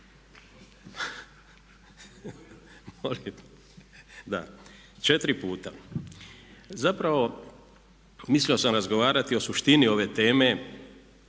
Da, četiri puta. Zapravo mislio sam razgovarati o suštini ove teme,